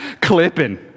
Clipping